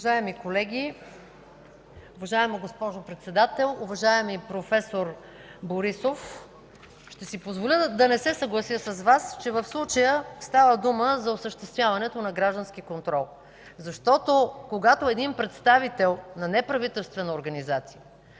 Уважаеми колеги, уважаема госпожо Председател, уважаеми проф. Борисов! Ще си позволя да не се съглася с Вас, че в случая става дума за осъществяването на граждански контрол. Защото, когато един представител на неправителствена организация